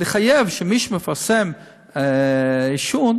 לחייב שמי שמפרסם עישון,